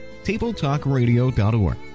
tabletalkradio.org